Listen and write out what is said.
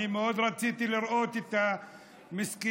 אני מאוד רציתי לראות את המסכנים.